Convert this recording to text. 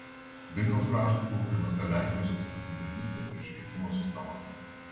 vilniaus kraštui buvo primesta lenkijos įstatymdavystė ir švietimo sistema